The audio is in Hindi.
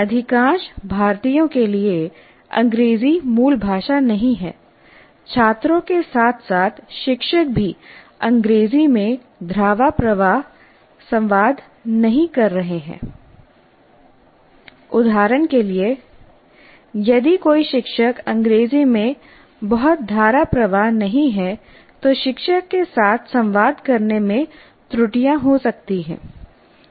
अधिकांश भारतीयों के लिए अंग्रेजी मूल भाषा नहीं है छात्रों के साथ साथ शिक्षक भी अंग्रेजी में धाराप्रवाह संवाद नहीं कर रहे हैं उदाहरण के लिए यदि कोई शिक्षक अंग्रेजी में बहुत धाराप्रवाह नहीं है तो शिक्षक के साथ संवाद करने में त्रुटियां हो सकती हैं